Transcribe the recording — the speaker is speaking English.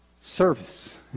service